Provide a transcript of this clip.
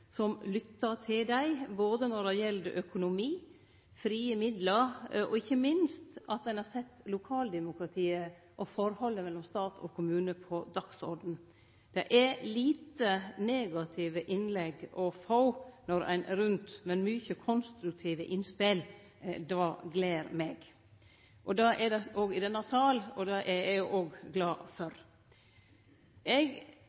som er nøgde med ei regjering som lyttar til dei både når det gjeld økonomi, frie midlar, og ikkje minst at ein har sett lokaldemokratiet og forholdet mellom stat og kommune på dagsordenen. Det er lite negative innlegg å få når ein reiser rundt, men mange konstruktive innspel. Det gler meg. Konstruktive innspel er det òg i denne sal, og det er eg òg glad for.